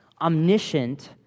omniscient